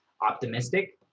optimistic